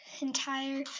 entire